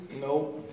No